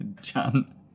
John